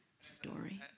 story